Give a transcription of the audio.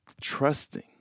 trusting